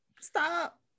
Stop